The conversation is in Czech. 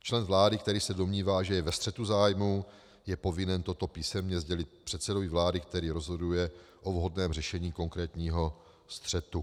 Člen vlády, který se domnívá, že je ve střetu zájmů, je povinen toto písemně sdělit předsedovi vlády, který rozhoduje o vhodném řešení konkrétního střetu.